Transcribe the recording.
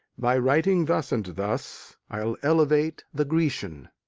by writing thus and thus i'll elevate the grecian.